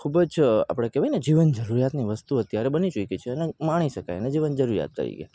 ખૂબ જ આપણે કહેવાયને કે જીવન જરૂરિયાતની વસ્તુ અત્યારે બની ચૂકી છે માણી શકાય જીવન જરૂરિયાત તરીકે